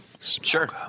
Sure